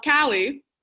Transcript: Callie